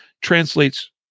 translates